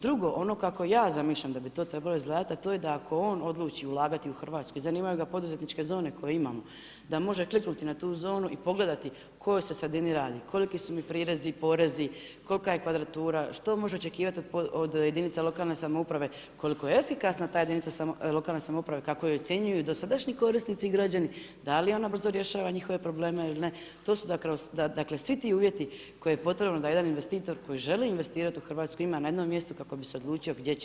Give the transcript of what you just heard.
Drugo, ono kako ja zamišljam da bi to trebalo izgledat, a to je da ako on odluči ulagati u Hrvatsku, a zanimaju ga poduzetničke zone koje imamo, da može kliknuti na tu zonu i pogledati o kojoj se sredini radi, koliki su mi prirezi, porezi, kolika je kvadratura, što možeš očekivati od jedinica lokalne samouprave, koliko je efikasna ta jedinica lokalne samouprave, kako ju ocjenjuju dosadašnji korisnici i građani da li ona brzo rješava njihove probleme ili ne, to su dakle svi ti uvjeti koje je potrebno da jedan investitor koji želi investirati u Hrvatsku ima na jednom mjestu kako bi se odlučio gdje će ići.